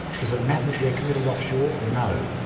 does it matter they're committed offshore? no.